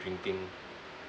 drinking